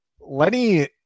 Lenny